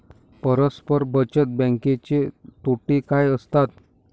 परस्पर बचत बँकेचे तोटे काय असतात?